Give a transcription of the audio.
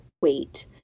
weight